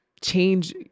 change